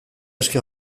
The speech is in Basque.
eske